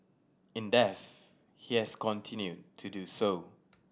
in death he has continued to do so